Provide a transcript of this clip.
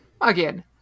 again